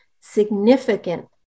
significant